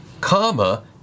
comma